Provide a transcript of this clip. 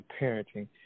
parenting